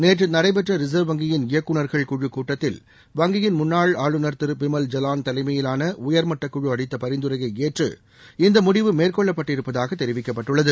நேற்று நடைபெற்ற ரிசா்வ் வங்கியின் இயக்குநா்கள் குழு கூட்டத்தில் வங்கியின் முன்னாள் ஆளுநர் திரு பிமல் ஜவான் தலைமையிலான உயர்மட்டக்குழு அளித்த பரிந்துரையை ஏற்று இந்த முடிவு மேற்கொள்ளப்பட்டிருப்பதாக தெரிவிக்கப்பட்டுள்ளது